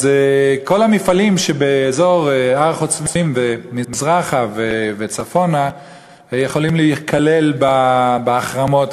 כל המפעלים שבאזור הר-חוצבים ומזרחה וצפונה יכולים להיכלל בהחרמות.